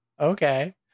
Okay